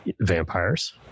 vampires